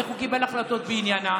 איך הוא קיבל החלטות בעניינה?